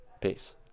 Peace